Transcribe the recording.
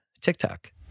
TikTok